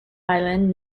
island